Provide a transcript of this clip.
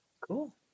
Cool